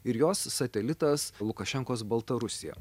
ir jos satelitas lukašenkos baltarusija